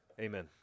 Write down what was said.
Amen